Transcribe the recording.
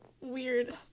weird